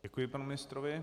Děkuji panu ministrovi.